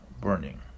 burning